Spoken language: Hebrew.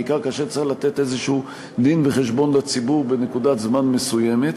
בעיקר כאשר צריך לתת איזשהו דין-וחשבון לציבור בנקודת זמן מסוימת.